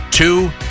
Two